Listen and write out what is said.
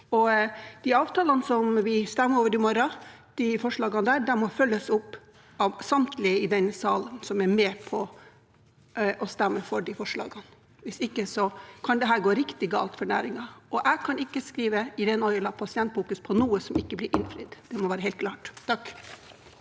forslagene vi stemmer over i morgen, må følges opp av samtlige i denne salen som er med på å stemme for dem. Hvis ikke kan dette gå riktig galt for næringen. Jeg kan ikke skrive «Irene Ojala, Pasientfokus» på noe som ikke blir innfridd, det må være helt klart.